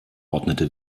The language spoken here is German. ordnete